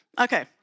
Okay